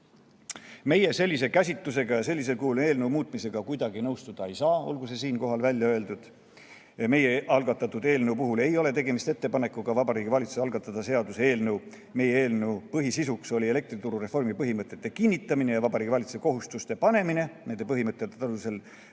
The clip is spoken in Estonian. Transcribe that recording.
Meie sellise käsitlusega ja sellisel kujul eelnõu muutmisega kuidagi nõustuda ei saa, olgu see siinkohal välja öeldud. Meie algatatud eelnõu puhul ei ole tegemist ettepanekuga Vabariigi Valitsusele algatada seaduseelnõu. Meie eelnõu põhisisuks oli elektrituru reformi põhimõtete kinnitamine ja Vabariigi Valitsusele kohustuste panemine nende põhimõtete alusel